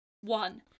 One